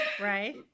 Right